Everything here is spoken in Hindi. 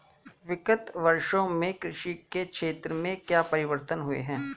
विगत वर्षों में कृषि के क्षेत्र में क्या परिवर्तन हुए हैं?